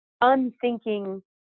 unthinking